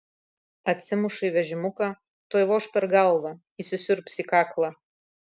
atsimuša į vežimuką tuoj voš per galvą įsisiurbs į kaklą